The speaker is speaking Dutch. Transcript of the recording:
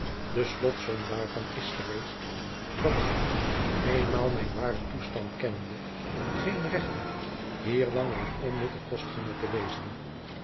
de slotsom daarvan is geweest dat ik eenmaal mijn waren toestand kennende geen recht heb hier langer een onnutte kostganger te wezen